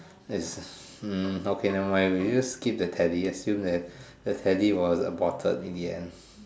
is hmm okay nevermind we just skip the Teddy and assume that the Teddy was aborted in the end